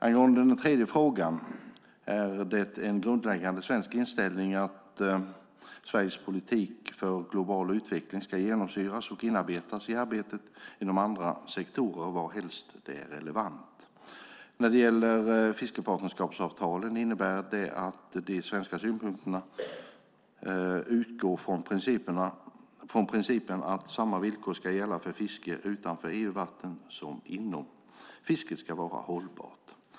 Angående den tredje frågan är det en grundläggande svensk inställning att Sveriges politik för global utveckling ska genomsyra och inarbetas i arbetet inom andra sektorer varhelst det är relevant. När det gäller fiskepartnerskapsavtalen innebär det att de svenska synpunkterna utgår från principen att samma villkor ska gälla för fiske utanför EU-vatten som inom. Fisket ska vara hållbart.